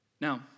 Now